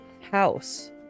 house